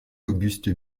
auguste